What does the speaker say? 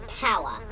power